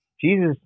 Jesus